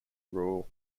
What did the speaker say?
rural